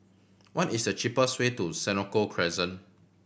what is the cheapest way to Senoko Crescent